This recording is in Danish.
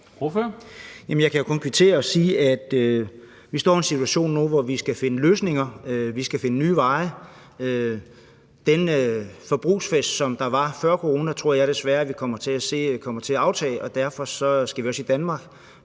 jeg kan jo kun kvittere og sige, at vi står i en situation nu, hvor vi skal finde løsninger; vi skal finde nye veje. Den forbrugsfest, som der var før corona, tror jeg desværre vi kommer til at se kommer til at aftage, og derfor skal vi også i Danmark